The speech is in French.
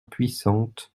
puissante